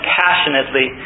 passionately